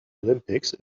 olympics